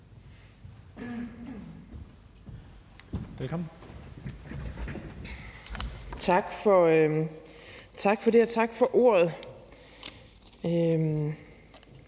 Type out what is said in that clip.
Egelund): Tak for det, og tak for ordet.